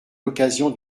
l’occasion